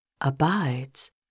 abides